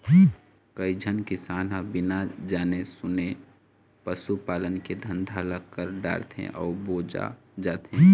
कइझन किसान ह बिना जाने सूने पसू पालन के धंधा ल कर डारथे अउ बोजा जाथे